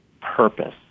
purpose